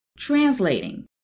Translating